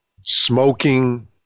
smoking